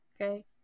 Okay